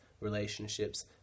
relationships